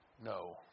No